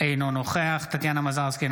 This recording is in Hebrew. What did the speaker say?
אינו נוכח טטיאנה מזרסקי,